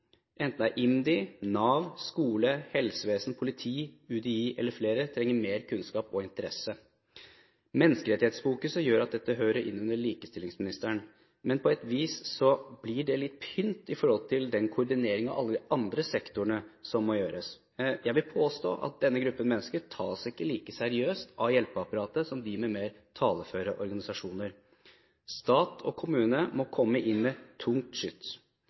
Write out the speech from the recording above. Enten det er IMDI, Nav, skole, helsevesen, politi, UDI mfl., så trenger de mer kunnskap og interesse. Menneskerettighetsfokuset gjør at dette hører inn under likestillingsministeren. Men på et vis blir det litt pynt mot den koordineringen av alle de andre sektorene som må gjøres. Jeg vil påstå at denne gruppen mennesker ikke tas like seriøst av hjelpeapparatet som de med mer taleføre organisasjoner. Stat og kommune må komme inn med tungt skyts.